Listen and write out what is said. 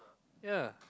ya